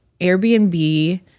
airbnb